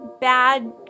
bad